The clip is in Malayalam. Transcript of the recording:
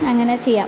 അങ്ങനെ ചെയ്യാം